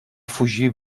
fugir